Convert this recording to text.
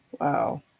Wow